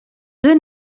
deux